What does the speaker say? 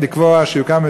כבר דיברנו בשבוע שעבר,